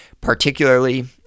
particularly